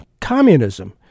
communism